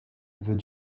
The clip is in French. veux